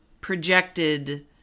projected